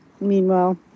Meanwhile